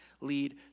lead